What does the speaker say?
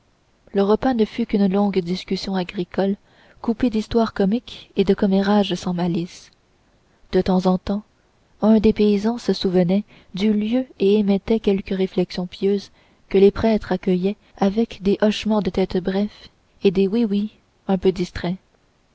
le repas ne fut qu'une longue discussion agricole coupée d'histoires comiques et de commérages sans malice de temps en temps un des paysans se souvenait du lieu et émettait quelque réflexion pieuse que les prêtres accueillaient avec des hochements de tête brefs et des oui oui un peu distraits